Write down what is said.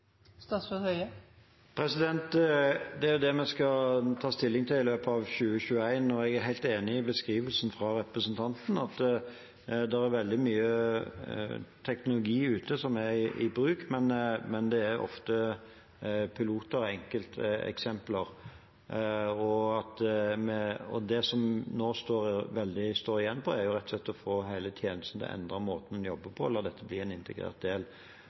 løpet av 2021, og jeg er helt enig i beskrivelsen fra representanten Toppe. Det er veldig mye teknologi som er i bruk, men det er ofte piloter og enkelteksempler. Det som nå står igjen, er rett og slett å få hele tjenesten til å endre måten en jobber på og la dette bli en integrert del.